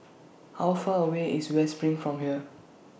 How Far away IS West SPRING from here